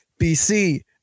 BC